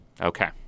Okay